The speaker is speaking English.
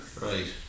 Right